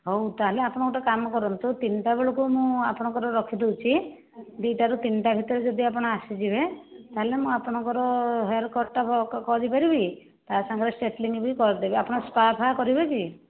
ହେଉ ତା ହେଲେ ଆପଣ ଗୋଟିଏ କାମ କରନ୍ତୁ ତିନିଟା ବେଳକୁ ମୁଁ ଆପଣଙ୍କର ରଖି ଦେଉଛି ଦୁଇଟାରୁ ତିନିଟା ଭିତରେ ଯଦି ଆପଣ ଆସିଯିବେ ତା ହେଲେ ମୁଁ ଆପଣଙ୍କର ହେୟାର କଟ୍ଟା କରିପାରିବି ତା ସାଙ୍ଗରେ ଷ୍ଟ୍ରେଟନିଙ୍ଗ ବି କରିଦେବି ଆପଣ ସ୍ପା ଫା କରିବେ କି